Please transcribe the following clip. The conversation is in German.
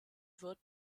wird